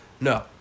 No